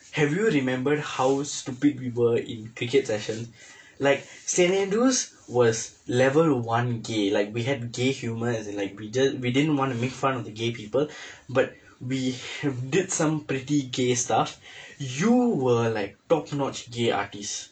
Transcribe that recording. have you remembered how stupid we were in cricket session like saint andrews was level one gay like we had gay humour as in like we jus~ we didn't want to make fun of the gay people but we did some pretty gay stuff you were like top notch gay artist